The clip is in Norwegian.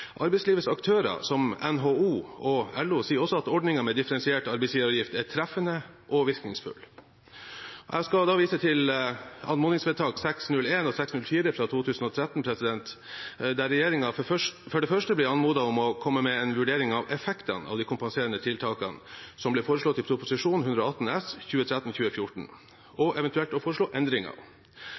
Arbeidslivets aktører, som NHO og LO, sier også at ordningen med differensiert arbeidsgiveravgift er treffende og virkningsfull. Jeg viser til anmodningsvedtakene nr. 601 og 604 fra 2014, der regjeringen for det første ble anmodet om å komme med en vurdering av effektene av de kompenserende tiltakene som ble foreslått i Prop. 118 S for 2013–2014, og eventuelt foreslå endringer.